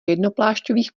jednoplášťových